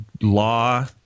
law